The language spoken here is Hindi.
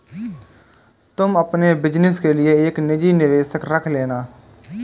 तुम अपने बिज़नस के लिए एक निजी निवेशक रख लेना